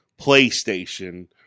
PlayStation